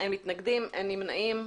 אין מתנגדים, אין נמנעים.